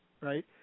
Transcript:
right